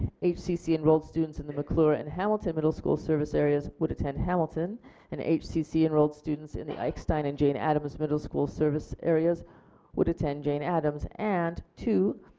hcc enrolled students in the mcclure and hamilton middle school service areas would attend hamilton and hcc enrolled students in the eckstein and jane addams middle school service areas would attend jane addams and two.